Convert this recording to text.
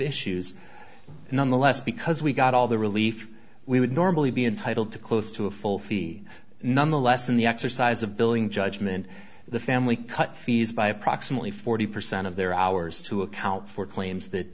issues nonetheless because we got all the relief we would normally be entitled to close to a full fee nonetheless in the exercise of billing judgment the family cut fees by approximately forty percent of their hours to account for claims that